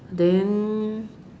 then